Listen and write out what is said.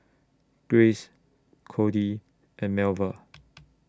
Grace Codey and Melva